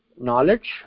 knowledge